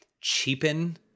cheapen